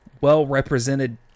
well-represented